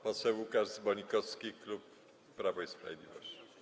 Poseł Łukasz Zbonikowski, klub Prawo i Sprawiedliwość.